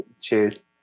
Cheers